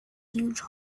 huge